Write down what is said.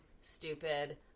stupid